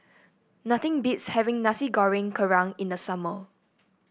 nothing beats having Nasi Goreng Kerang in the summer